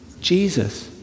Jesus